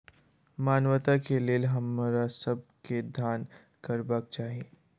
मानवता के लेल हमरा सब के दान करबाक चाही